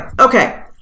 Okay